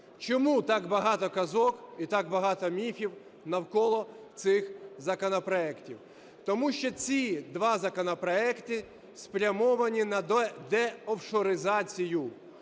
Чому так багато казок і так багато міфів навколо цих законопроектів? Тому що ці два законопроекти спрямовані на деофшоризацію